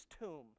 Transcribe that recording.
tomb